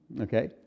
Okay